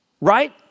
Right